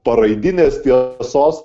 paraidinės tiesos